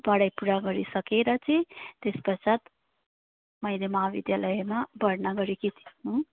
पढाइ पुरा गरिसकेर चाहिँ त्यसपश्चात मैले महाविद्यालयमा भर्ना गरेकी हुँ